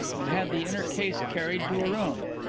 and had the inner case carried to a room.